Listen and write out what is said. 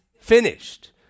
finished